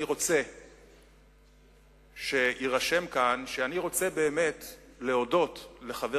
אני רוצה שיירשם כאן שאני רוצה באמת להודות לחבר